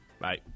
Bye